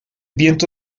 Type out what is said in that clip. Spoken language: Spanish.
viento